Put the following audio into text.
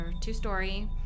two-story